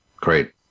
Great